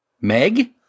Meg